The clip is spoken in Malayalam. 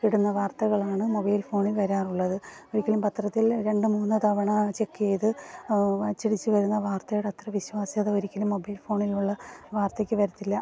ഇടുന്ന വാർത്തകളാണ് മൊബൈൽ ഫോണിൽ വരാറുള്ളത് ഒരിക്കലും പത്രത്തിൽ രണ്ടുമൂന്നു തവണ ചെക്ക് ചെയ്ത് അച്ചടിച്ച് വരുന്ന വാർത്തയുടെ അത്ര വിശ്വാസ്യത ഒരിക്കലും മൊബൈൽ ഫോണിൽ ഉള്ള വാർത്തയ്ക്ക് വരത്തില്ല